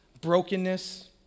brokenness